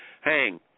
hang